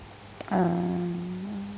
ah